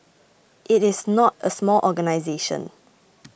it is not a small organisation